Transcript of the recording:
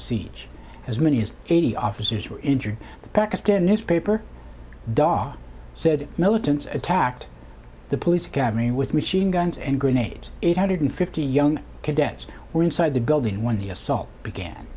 siege as many as eighty officers were injured the pakistan newspaper dog said militants attacked the police academy with machine guns and grenades eight hundred fifty young cadets were inside the building when the assault began